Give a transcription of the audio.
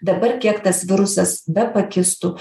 dabar kiek tas virusas bepakistų